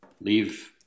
leave